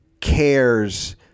cares